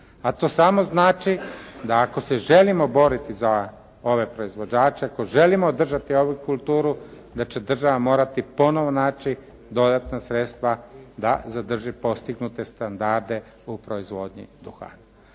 A to samo znači da ako se želimo boriti za ove proizvođače, ako želimo držati ovu kulturu da će država morati ponovo naći dodatna sredstva da zadrži postignute standarde u proizvodnji duhana.